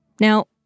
Now